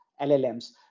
LLMs